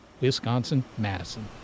Wisconsin-Madison